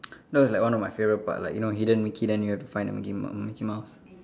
no it's like one of my favourite part like you know hidden mickey then you have to find the mickey m~ mickey mouse